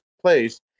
place